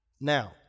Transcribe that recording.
Now